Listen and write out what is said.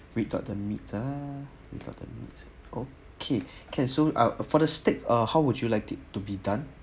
without the meat ah without the meat okay okay so uh for the steak uh how would you like it to be done